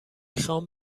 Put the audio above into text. خوام